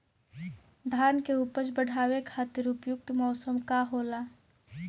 धान के उपज बढ़ावे खातिर उपयुक्त मौसम का होला?